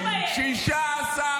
מדהים איך שאתה עושה את זה.